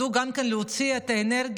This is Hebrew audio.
ידעו גם להוציא את האנרגיות,